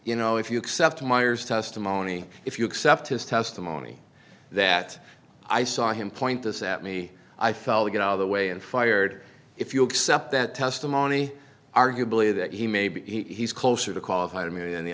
you know if you accept myers testimony if you accept his testimony that i saw him point this at me i felt to get out of the way and fired if you accept that testimony arguably that he maybe he's closer to qualify to me and the